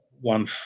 one